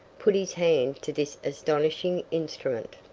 put his hand to this astonishing instrument.